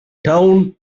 town